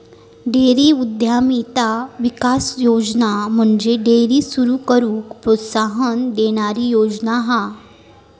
dairy उद्यमिता विकास योजना म्हणजे डेअरी सुरू करूक प्रोत्साहन देणारी योजना हा